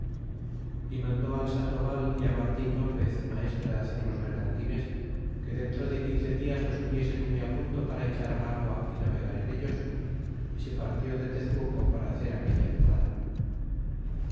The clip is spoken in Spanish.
y mandó al sandoval y martin lopez maestro de hacer los vergantines que dentro de quince dias los tuviesen muy punto para echar al agua y nave gar en ellos y se partió de tezcuco para hacer aquella entrada